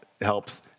helps –